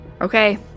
Okay